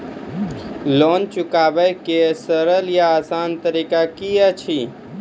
Loan चुकाबै के सरल या आसान तरीका की अछि?